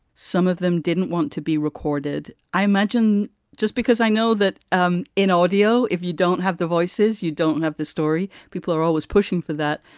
some of them didn't want to be recorded. i imagine just because i know that um in audio, if you don't have the voices, you don't have the story. people are always pushing for that.